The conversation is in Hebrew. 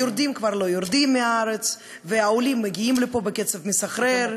היורדים כבר לא יורדים מהארץ והעולים מגיעים לפה בקצב מסחרר.